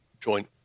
joint